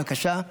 בבקשה,